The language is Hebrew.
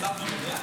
יש שר במליאה?